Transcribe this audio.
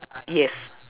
yes